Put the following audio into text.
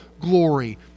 glory